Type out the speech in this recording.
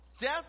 Death